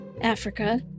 Africa